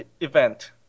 event